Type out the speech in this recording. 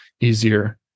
easier